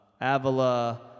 Avila